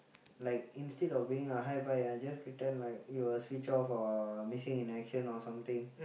like instead of being a hi bye I just pretend like you switch off or missing in action or something